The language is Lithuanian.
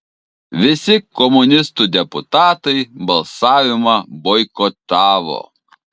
visi komunistų deputatai balsavimą boikotavo